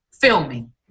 filming